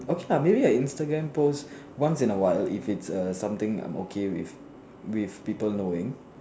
okay lah maybe an Instagram post once in a while if its something I'm okay with with people knowing